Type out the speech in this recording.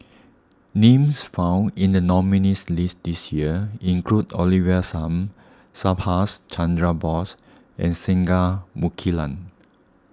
names found in the nominees' list this year include Olivia Lum Subhas Chandra Bose and Singai Mukilan